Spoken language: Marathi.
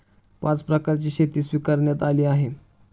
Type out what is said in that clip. पाच प्रकारची शेती स्वीकारण्यात आली आहे